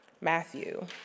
Matthew